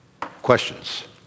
Questions